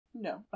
No